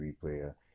player